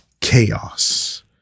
Chaos